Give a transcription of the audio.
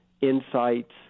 insights